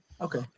okay